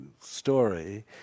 story